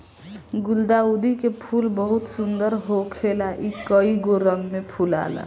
गुलदाउदी के फूल बहुत सुंदर होखेला इ कइगो रंग में फुलाला